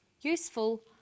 useful